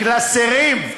קלסרים,